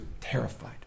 terrified